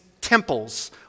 temples